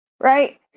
right